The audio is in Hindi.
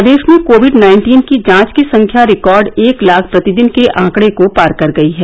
प्रदेश में कोविड नाइन्टीन की जांच की संख्या रिकॉर्ड एक लाख प्रतिदिन के आंकड़े को पार कर गयी है